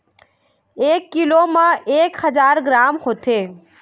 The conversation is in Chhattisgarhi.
एक कीलो म एक हजार ग्राम होथे